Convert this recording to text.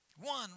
one